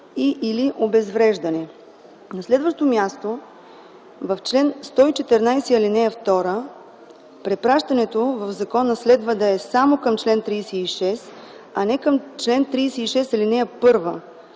и/или обезвреждане. На следващо място – в чл. 114, ал. 2 препращането в закона следва да е само към чл. 36, а не към чл. 36, ал. 1,